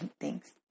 thanks